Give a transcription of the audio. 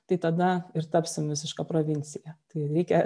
tai tada ir tapsim visiška provincija tai reikia